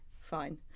Fine